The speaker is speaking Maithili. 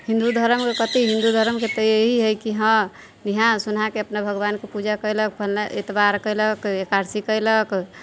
हिन्दू धर्मके कते हिन्दू धर्मके तऽ यही है की हँ नहा सुनाके अपना भगवानके पूजा कयलक एतबार कयलक एकादशी कयलक